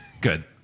good